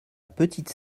petite